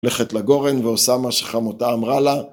הולכת לגורן ועושה מה שחמותה אמרה לה...